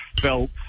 felt